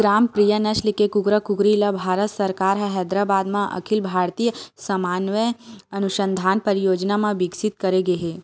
ग्रामप्रिया नसल के कुकरा कुकरी ल भारत सरकार ह हैदराबाद म अखिल भारतीय समन्वय अनुसंधान परियोजना म बिकसित करे गे हे